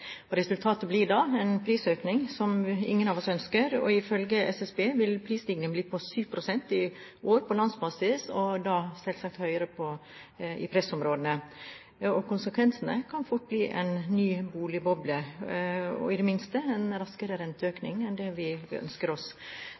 og resultatet blir da en prisøkning, som ingen av oss ønsker. Ifølge SSB vil prisstigningen i år bli på 7 pst. på landsbasis, og da selvsagt høyere i pressområdene. Konsekvensene kan fort bli en ny boligboble og i det minste en raskere renteøkning enn det vi ønsker oss.